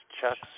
Chuck's